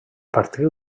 partir